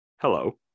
hello